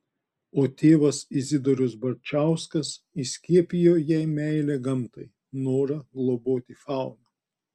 o tėvas izidorius barčauskas įskiepijo jai meilę gamtai norą globoti fauną